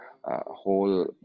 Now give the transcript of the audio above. whole